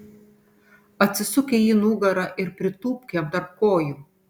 atsisuk į jį nugara ir pritūpk jam tarp kojų